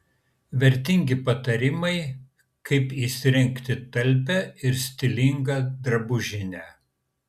vertingi patarimai kaip įsirengti talpią ir stilingą drabužinę